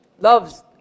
loves